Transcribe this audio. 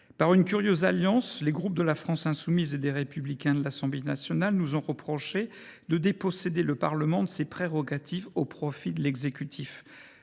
Par une curieuse alliance, les groupes La France insoumise et Les Républicains de l’Assemblée nationale nous ont reproché de déposséder le Parlement de ses prérogatives au profit de l’exécutif.